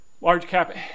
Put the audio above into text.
large-cap